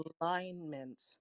alignment